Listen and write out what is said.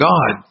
God